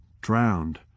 drowned